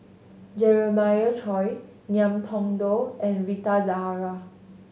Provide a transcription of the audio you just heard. Jeremiah Choy Ngiam Tong Dow and Rita Zahara